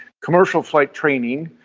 commercial flight training,